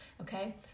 okay